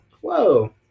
Whoa